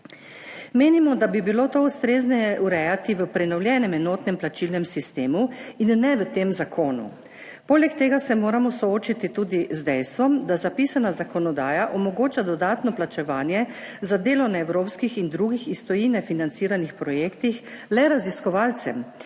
Menimo, da bi bilo to ustrezneje urejati v prenovljenem enotnem plačilnem sistemu in ne v tem zakonu. Poleg tega se moramo soočiti tudi z dejstvom, da zapisana zakonodaja omogoča dodatno plačevanje za delo na evropskih in drugih iz tujine financiranih projektih le raziskovalcem,